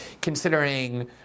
considering